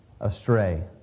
astray